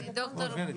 ורד,